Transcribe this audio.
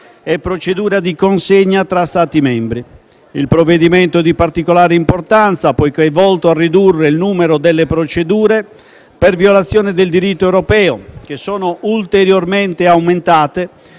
e procedura di consegna tra Stati membri. Il provvedimento è di particolare importanza, poiché è volto a ridurre il numero delle procedure per violazione del diritto europeo, che sono ulteriormente aumentate